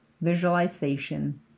visualization